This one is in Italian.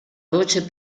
voce